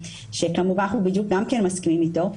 שאנחנו גם מסכימים איתו.